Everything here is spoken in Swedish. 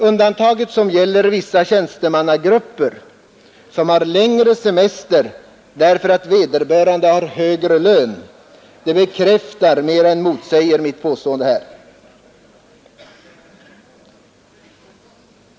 Undantaget, som gäller vissa tjänstemannagrupper med längre semester därför att vederbörande har högre lön, bekräftar mer än det motsäger detta mitt påstående.